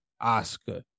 Oscar